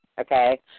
okay